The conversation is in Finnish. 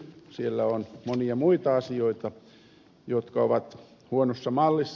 siellä on monia muita asioita jotka ovat huonossa mallissa